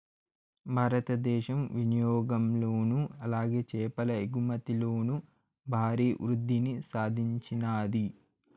భారతదేశం వినియాగంలోను అలాగే చేపల ఎగుమతిలోను భారీ వృద్దిని సాధించినాది